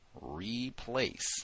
Replace